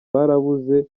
barabuze